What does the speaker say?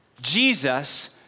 Jesus